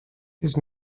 της